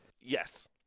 Yes